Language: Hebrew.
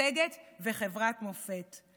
משגשגת וחברת מופת.